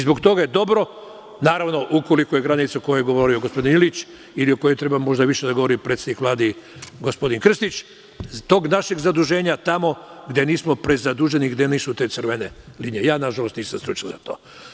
Zbog toga je dobro, naravno, ukoliko je granica o kojoj je govorio gospodin Ilić, ili možda o kojoj treba više da govori predsednik Vlade i gospodin Krstić, tog našeg zaduženja tamo, gde nismo prezaduženi, gde nisu te crvene linije, ja, nažalost, nisam stručnjak za to.